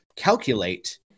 calculate